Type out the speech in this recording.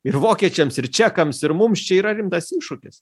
ir vokiečiams ir čekams ir mums čia yra rimtas iššūkis